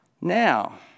now